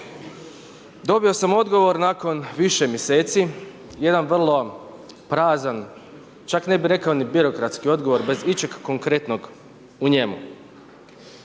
Dobio sam odgovor nakon više mjeseci jedan vrlo prazan, čak ne bi rekao ni birokratski odgovor bez ičeg konkretnog u njemu.